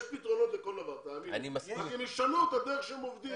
תאמין לי שיש פתרונות לכל דבר אלא שהם ישנו את הדרך בה הם עובדים.